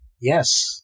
Yes